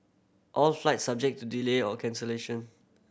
all flights subject to delay or cancellation